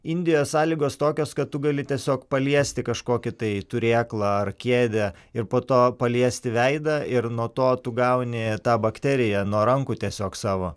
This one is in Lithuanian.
indijos sąlygos tokios kad tu gali tiesiog paliesti kažkokį tai turėklą ar kėdę ir po to paliesti veidą ir nuo to tu gauni tą bakteriją nuo rankų tiesiog savo